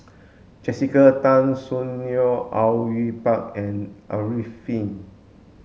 Jessica Tan Soon Neo Au Yue Pak and Arifin